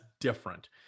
different